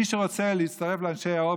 מי שרוצה להצטרף לאנשי האור,